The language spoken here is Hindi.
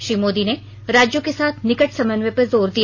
श्री मोदी ने राज्यो के साथ निकट समन्वय पर जोर दिया